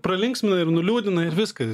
pralinksmina ir nuliūdina ir viska